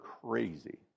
crazy